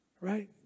right